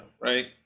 right